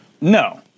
No